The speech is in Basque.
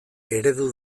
eredu